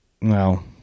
no